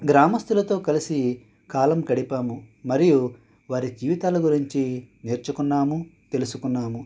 గ్రామస్తులతో కలిసి కాలం గడిపాము మరియు వారి జీవితాల గురించి నేర్చుకున్నాము తెలుసుకున్నాము